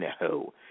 no